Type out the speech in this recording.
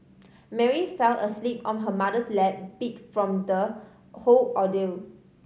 Mary fell asleep on her mother's lap beat from the whole ordeal